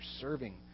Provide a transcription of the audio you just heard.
serving